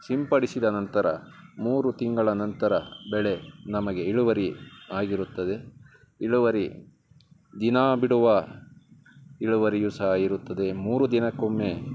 ಸಿಂಪಡಿಸಿದ ನಂತರ ಮೂರು ತಿಂಗಳ ನಂತರ ಬೆಳೆ ನಮಗೆ ಇಳುವರಿ ಆಗಿರುತ್ತದೆ ಇಳುವರಿ ದಿನ ಬಿಡುವ ಇಳುವರಿಯೂ ಸಹ ಇರುತ್ತದೆ ಮೂರು ದಿನಕ್ಕೊಮ್ಮೆ